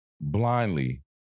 blindly